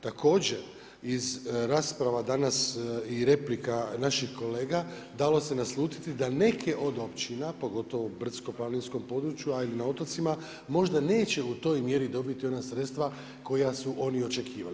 Također iz rasprava danas i replika naših kolega dalo se naslutiti da neke od općina, pogotovo u brdsko planinskom području, a i na otocima, možda neće u toj mjeri dobiti ona sredstva koja su oni očekivali.